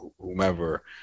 whomever